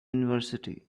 university